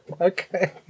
Okay